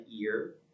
ear